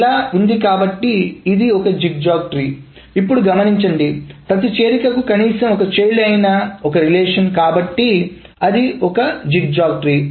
ఇలా ఉంది కాబట్టి ఇది ఒక జిగ్జాగ్ ట్రీ ఇప్పుడు గమనించండి ప్రతి చేరికకు కనీసం ఒక చైల్డ్ అయినా ఒకే రిలేషన్ కాబట్టి అది ఒక జిగ్జాగ్ ట్రీ